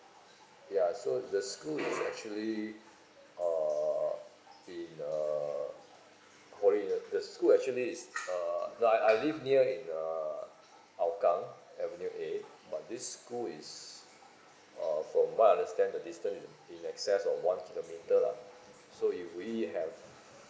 ya so the school is actually uh in uh calling uh the school actually is uh I I live near in uh aukang avenue A but this school is uh from what I understand the distance in in access on one kilometre lah so if we have